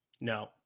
no